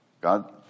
God